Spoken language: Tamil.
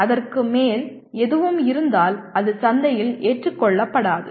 அதற்கு மேல் எதுவும் இருந்தால் அது சந்தையில் ஏற்றுக்கொள்ளப்படாது